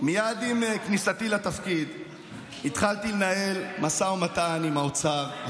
מייד עם כניסתי לתפקיד התחלתי לנהל משא ומתן עיקש עם האוצר,